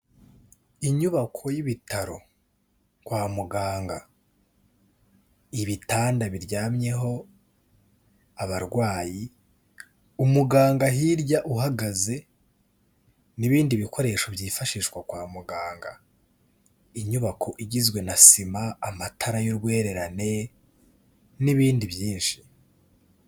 Inyubako y'ibitaro kwa muganga ibitanda biryamyeho abandwayi umuganga hirya uhagaze n'ibindi bikoresho byifashishwa kwa muganga inyubako igizwe na sima amatara y'urwererane n'ibindi byinshi.